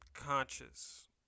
conscious